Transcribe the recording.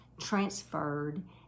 transferred